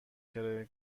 کرایه